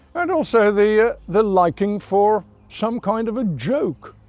and also the ah the liking for some kind of a joke.